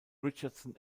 richardson